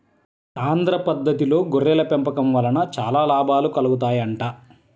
సాంద్ర పద్దతిలో గొర్రెల పెంపకం వలన చాలా లాభాలు కలుగుతాయంట